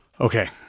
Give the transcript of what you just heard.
Okay